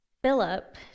Philip